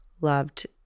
loved